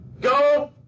Go